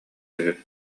үһү